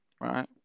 Right